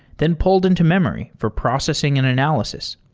then pulled into memory for processing and analysis.